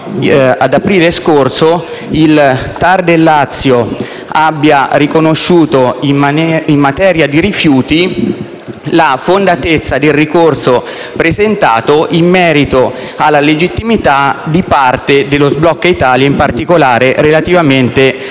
ad aprile scorso, il TAR del Lazio ha riconosciuto in materia di rifiuti la fondatezza del ricorso presentato in merito alla legittimità di parte dello sblocca Italia, in particolare relativamente